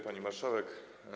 Pani Marszałek!